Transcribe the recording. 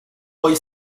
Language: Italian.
poi